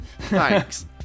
Thanks